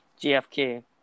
JFK